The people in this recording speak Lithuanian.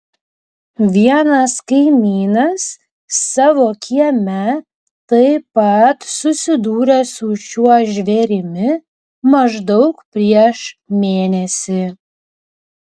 vienas kaimynas savo kieme taip pat susidūrė su šiuo žvėrimi maždaug prieš mėnesį